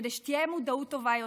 כדי שתהיה מודעות טובה יותר,